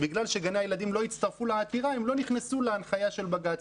כיוון שגני הילדים לא הצטרפו לעתירה הם לא נכנסו להנחיה של בג"ץ.